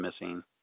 missing